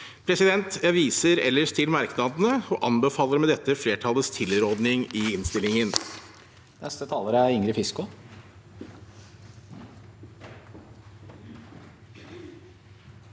misbruk. Jeg viser ellers til merknadene og anbefaler med dette flertallets tilråding i innstillingen.